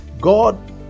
God